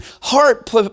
heart